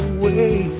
away